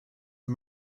are